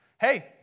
Hey